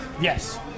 Yes